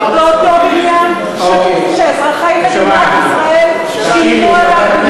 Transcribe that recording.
באותו בניין שאזרחי מדינת ישראל שילמו עליו את מסיהם,